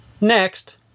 Next